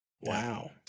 Wow